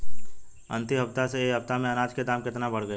अंतिम हफ्ता से ए हफ्ता मे अनाज के दाम केतना बढ़ गएल?